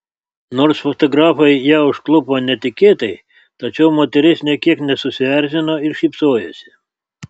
nors fotografai ją užklupo netikėtai tačiau moteris nė kiek nesusierzino ir šypsojosi